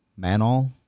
Manol